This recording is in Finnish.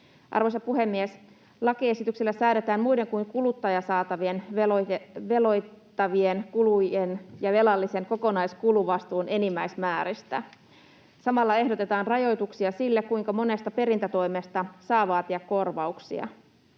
Arvoisa puhemies! Lakiesityksellä säädetään muista kuin kuluttajasaatavista veloitettavien kulujen ja velallisen kokonaiskuluvastuun enimmäismääristä. Samalla ehdotetaan rajoituksia sille, kuinka monesta perintätoimesta saa vaatia korvauksia.